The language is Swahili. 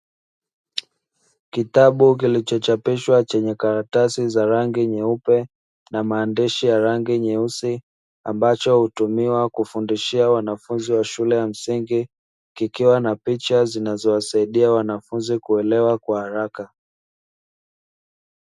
Kitabu kilichochapishwa chenye karatasi za rangi nyeupe na maandishi ya rangi nyeusi, ambacho hutumiwa kufundishia wanafunzi wa shule ya msingi, kikiwa na picha zinazowasaidia wanafunzi kuelewa kwa haraka.